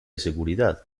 seguridad